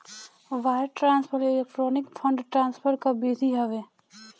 wire transfer electronic fund transfer कअ विधि हवे